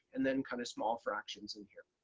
and then kind of small fractions in here.